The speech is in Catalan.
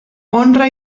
honra